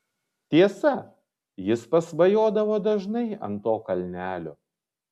tiesa jis pasvajodavo dažnai ant to kalnelio